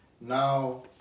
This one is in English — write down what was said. Now